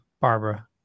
Barbara